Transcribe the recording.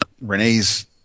Renee's